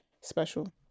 special